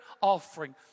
offering